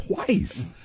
twice